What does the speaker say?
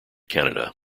canada